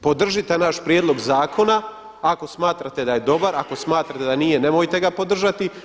Podržite naš prijedlog zakona ako smatrate da je dobar, ako smatrate da nije nemojte ga podržati.